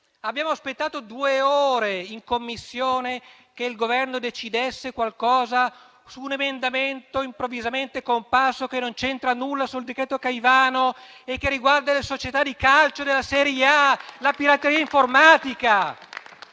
Abbiamo aspettato due ore in Commissione che il Governo decidesse qualcosa su un emendamento improvvisamente comparso, che non c'entra nulla con il decreto Caivano e che riguarda le società di calcio della serie A e la pirateria informatica.